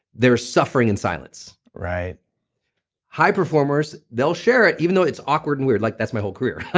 they're suffering in silence right high performers, they'll share it even though it's awkward and weird, like that's my whole career.